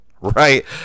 right